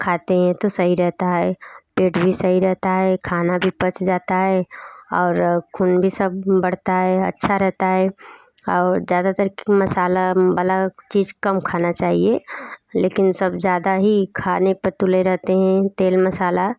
खाते हैं तो सही रहता है पेट भी सही रहता है खाना भी पच जाता है और ख़ून भी सब बढ़ता है अच्छा रहता है और ज़्यादातर मसाले वाली चीज़ कम खाना चाहिए लेकिन सब ज़्यादा ही खाने पर तुले रहते हैं तेल मसाला